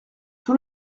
tout